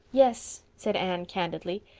yes, said anne candidly,